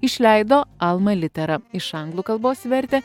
išleido alma litera iš anglų kalbos vertė